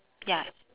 ya